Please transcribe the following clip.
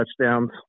touchdowns